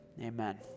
Amen